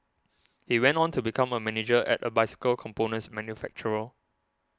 he went on to become a manager at a bicycle components manufacturer